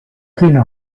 quina